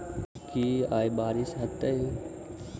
की आय बारिश हेतै?